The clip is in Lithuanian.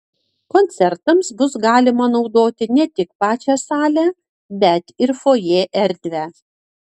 koncertams bus galima naudoti ne tik pačią salę bet ir fojė erdvę